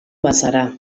bazara